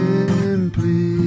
Simply